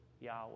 Yahweh